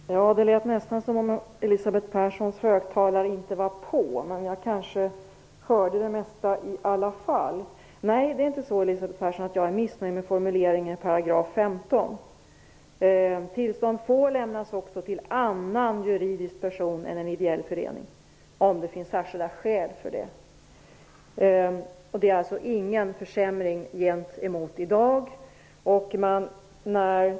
Herr talman! Det lät nästan som om Elisabeth Perssons högtalare inte var på. Jag hörde nog det mesta i alla fall. Jag är inte missnöjd med formuleringen i 15 §. Tillstånd får lämnas också till annan juridisk person än en ideell förening, om det finns särskilda skäl för det. Det är alltså inte fråga om någon försämring gentemot hur det är i dag.